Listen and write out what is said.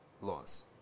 laws